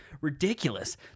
ridiculous